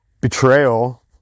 betrayal